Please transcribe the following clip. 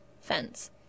fence